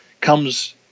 comes